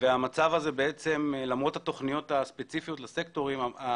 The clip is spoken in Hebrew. ולמרות התוכניות הספציפיות לסקטורים,